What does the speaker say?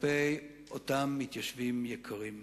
כלפי אותם מתיישבים יקרים.